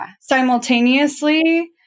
simultaneously